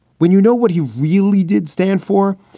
when you know what he really did stand for,